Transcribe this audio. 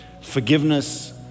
forgiveness